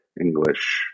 english